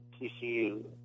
TCU